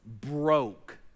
broke